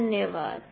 धन्यवाद